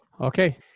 Okay